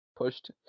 pushed